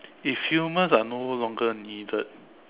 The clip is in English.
if humans are no longer needed